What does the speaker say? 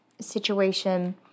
situation